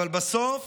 אבל בסוף